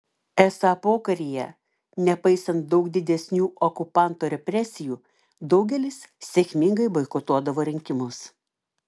esą pokaryje nepaisant daug didesnių okupanto represijų daugelis sėkmingai boikotuodavo rinkimus